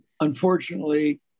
Unfortunately